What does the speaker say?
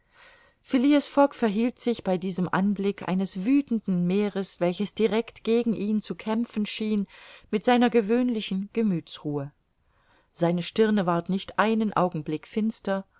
fogg verhielt sich bei diesem anblick eines wüthenden meeres welches direct gegen ihn zu kämpfen schien mit seiner gewöhnlichen gemüthsruhe seine stirne ward nicht einen augenblick finster